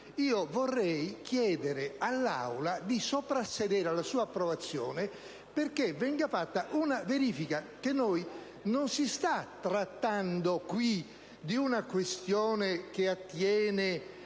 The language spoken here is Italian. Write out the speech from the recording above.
quindi chiedere all'Assemblea di soprassedere alla sua approvazione, perché venga fatta una verifica per capire se si sta trattando di una questione che attiene